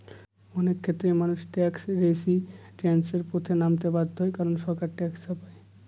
অনেক ক্ষেত্রেই মানুষ ট্যাক্স রেজিস্ট্যান্সের পথে নামতে বাধ্য হয় কারন সরকার ট্যাক্স চাপায়